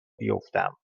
بیفتم